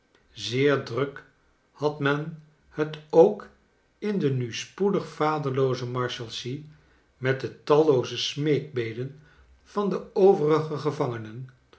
zeer druk had men het ook in de nu spoedig vaderlooze marshalsea met de tallooze smeekbeden van de overige gevangenen